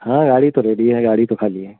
हाँ गाड़ी तो रेडी है गाड़ी तो खाली है